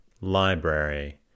library